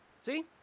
See